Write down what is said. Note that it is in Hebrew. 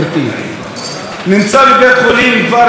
נמצא בבית חולים כבר שבועיים,